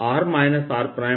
r r